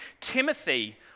Timothy